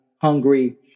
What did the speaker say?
hungry